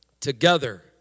together